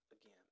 again